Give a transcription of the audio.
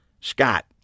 Scott